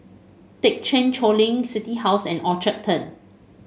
Thekchen Choling City House and Orchard Turn